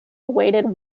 awaited